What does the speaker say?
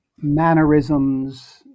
mannerisms